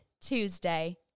Tuesday